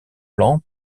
plan